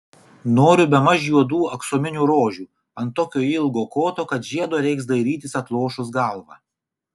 noriu bemaž juodų aksominių rožių ant tokio ilgo koto kad žiedo reiks dairytis atlošus galvą